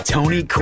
Tony